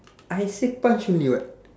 I say punch only what